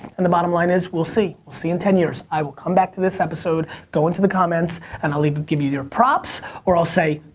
and the bottom line is, we'll see see in ten years. i will come back to this episode, go into the comments, and i'll either give you your props, or i'll say,